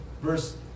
verse